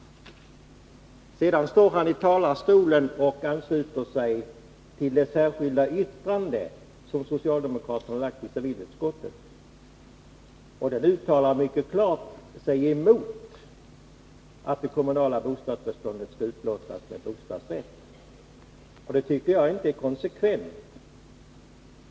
Sedan står han i talarstolen och ansluter sig till det särskilda yttrande som socialdemokraterna har fogat till civilutskottets betänkande, och där vi uttalar oss mycket klart emot att det kommunala beståndet skall upplåtas med bostadsrätt. Jag tycker inte att det är konsekvent.